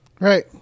right